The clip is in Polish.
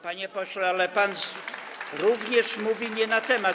Panie pośle, ale pan również mówi nie na temat.